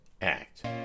act